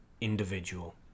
individual